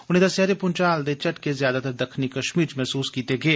उनें दस्सेआ जे भूंचाल दे झटके ज्यादातर दक्खनी कश्मीर च मसूस कीते गे